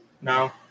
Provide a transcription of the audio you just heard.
no